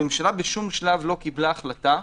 הממשלה בשום שלב לא קיבלה החלטה,